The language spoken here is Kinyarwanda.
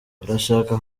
barashaka